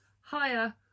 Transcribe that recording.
higher